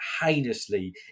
heinously